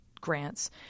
grants –